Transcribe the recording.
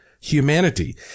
humanity